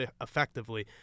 effectively